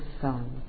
son